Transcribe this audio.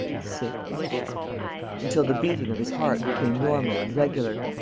six until the beating of his heart became normal and regular.